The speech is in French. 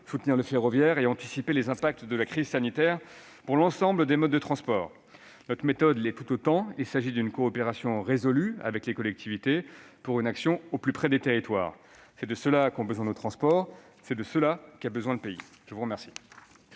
soutenir le ferroviaire et anticiper les impacts de la crise sanitaire pour l'ensemble des modes de transport. Notre méthode l'est tout autant : il s'agit de mettre en oeuvre une coopération résolue avec les collectivités, pour une action au plus près des territoires. C'est de cela qu'ont besoin nos transports, c'est de cela qu'a besoin le pays ! Nous allons